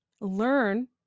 Learn